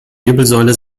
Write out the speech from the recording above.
wirbelsäule